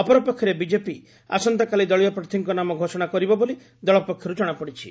ଅପରପକ୍ଷରେ ବିଜେପି ଆସନ୍ତାକାଲି ଦଳୀୟପ୍ରାର୍ଥୀଙ୍କ ନାମ ଘୋଷଣା କରିବେ ବୋଲି ଦଳ ପକ୍ଷର୍ ଜଣାପଡିଛି